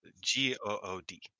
G-O-O-D